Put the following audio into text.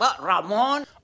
Ramon